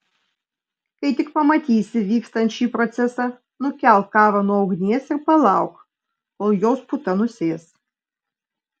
kai tik pamatysi vykstant šį procesą nukelk kavą nuo ugnies ir palauk kol jos puta nusės